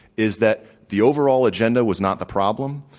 is that the overall agenda was not the problem,